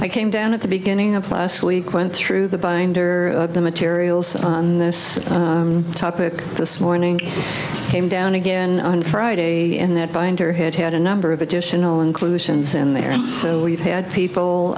i came down at the beginning of last week went through the binder the materials on this topic this morning came down again on friday and that binder had had a number of additional inclusions in there and so we've had people